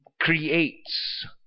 creates